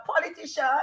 politician